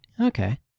Okay